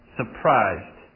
surprised